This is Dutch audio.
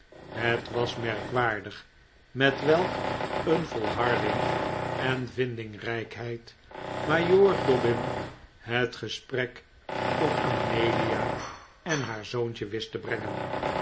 het was merkwaardig met welk een volharding en vindingrijkheid majoor dobbin het gesprek op amelia en haar zoontje wist te brengen